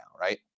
right